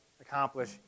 accomplish